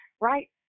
right